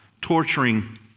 torturing